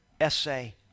essay